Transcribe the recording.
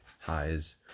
highs